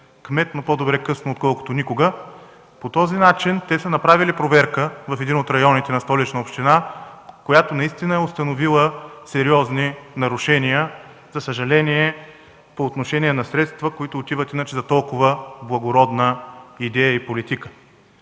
кмет – но по-добре късно, отколкото никога. Направили са проверка в един от районите на Столичната община, която наистина е установила сериозни нарушения, за съжаление, по отношение на средства, които отиват иначе за толкова благородна идея и политика.